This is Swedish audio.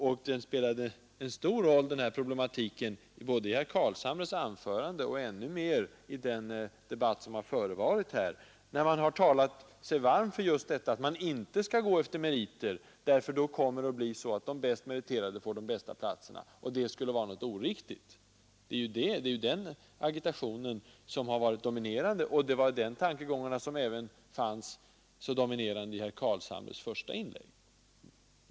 Och den här problematiken spelade en stor roll både i herr Carlshamres anförande och ännu mer i den debatt som varit. Där har man talat sig varm just för att man inte skall gå efter meriter, därför att då kommer de bäst meriterade att få de bästa platserna, och det skulle vara oriktigt. Det är den argumentationen som varit dominerande, och de tankegångarna dominerade också i herr Carlshamres första inlägg.